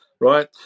right